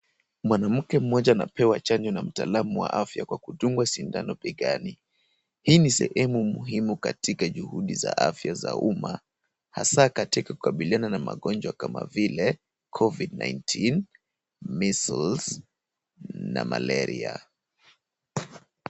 Mwanamke mmoja anapewa chanjo na mtaalamu wa afya kwa kudungwa sindano begani. Hii ni sehemu muhimu katika juhudi za afya ya umma, hasa katika kukabiliana na magonjwa kama vile COVID-19, measles na malaria.